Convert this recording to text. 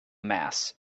mass